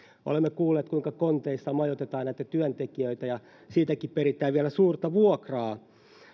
olemme kuulleet kuinka konteissa majoitetaan näitä työntekijöitä ja siitäkin peritään vielä suurta vuokraa